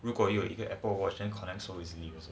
如果有一个 apple watch and connect so easily